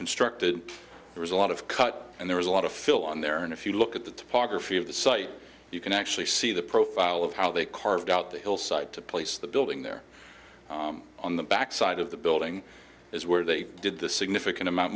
constructed there is a lot of cut and there was a lot of film on there and if you look at the topography of the site you can actually see the profile of how they carved out the hillside to place the building there on the back side of the building is where they did the significant amount